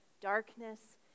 Darkness